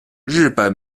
日本